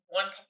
one